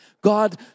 God